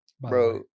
Bro